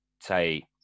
say